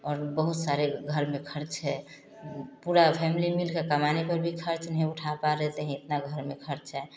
और बहुत सारे घर में खर्च है पूरा फैमिली मिलकर कमाने पर भी खर्च नहीं उठा पा रहे हैं तो इतना घर में खर्चा है